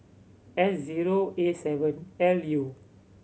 S zero A seven L U